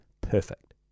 perfect